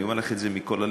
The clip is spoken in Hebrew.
אני אומר לך את זה מכל הלב,